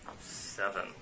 Seven